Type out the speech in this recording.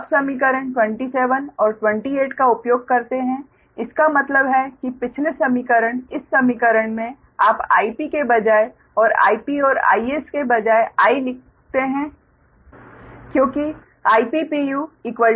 अब समीकरण 27 और 28 का उपयोग करते है इसका मतलब है कि पिछले समीकरण इस समीकरण में आप Ip के बजाय और Ip और Is के बजाय I लिखते हैं क्योंकि Ip puIs puI